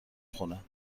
خونه